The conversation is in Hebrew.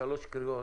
שלוש קריאות